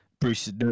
Bruce